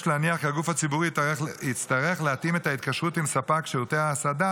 יש להניח כי הגוף הציבורי יצטרך להתאים את ההתקשרות עם ספק שירותי ההסעדה